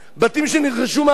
בתים שנרכשו מערבים.